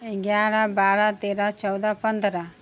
एगारह बारह तेरह चौदह पन्द्रह